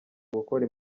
gukora